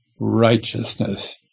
righteousness